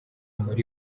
muri